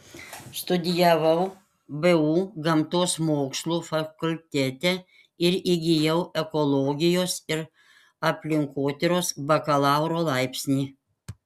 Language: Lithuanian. studijavau vu gamtos mokslų fakultete ir įgijau ekologijos ir aplinkotyros bakalauro laipsnį